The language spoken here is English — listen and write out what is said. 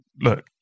look